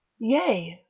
yea,